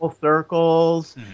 circles